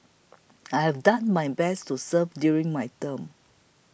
I have done my best to serve during my term